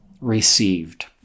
received